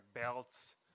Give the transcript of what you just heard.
belts